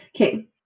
Okay